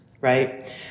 Right